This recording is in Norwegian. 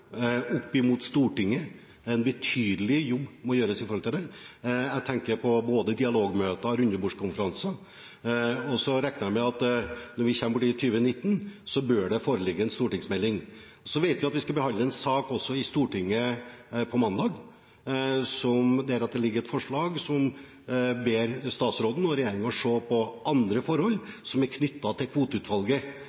og Stortinget. Det er en betydelig jobb som må gjøres med det. Jeg tenker på både dialogmøter og rundebordskonferanser. Jeg regner med at når vi kommer til 2019, bør det foreligge en stortingsmelding. Så vet vi at vi skal behandle en sak i Stortinget på mandag, med et forslag som ber statsråden og regjeringen se på andre forhold